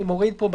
אני מוריד פה,